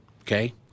okay